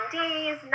days